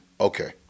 Okay